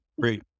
Great